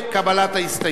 ובקבלת ההסתייגות.